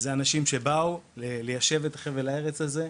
אלה אנשים שבאו ליישב את חבל הארץ הזה,